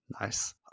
nice